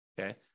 okay